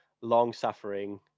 long-suffering